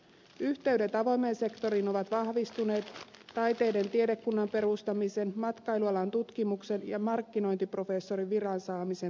yhteydet avoimeen sektoriin ovat vahvistuneet taiteiden tiedekunnan perustamisen matkailualan tutkimuksen ja markkinointiprofessorin viran saamisen myötä